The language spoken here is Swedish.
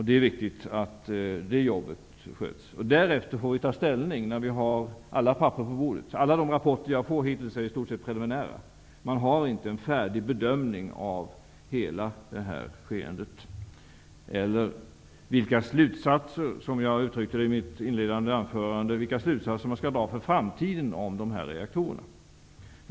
Det är viktigt att det jobbet sköts. Därefter, när vi har alla papper på bordet, får vi ta ställning. Alla rapporter jag har fått är i stort sett preliminära. Man är inte färdig med bedömningen av hela skeendet eller, som jag uttryckte det i mitt inledande anförande, med vilka slutsatser man skall dra för framtiden om de stoppade reaktorerna.